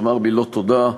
לומר מילות תודה,